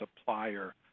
supplier